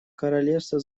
королевства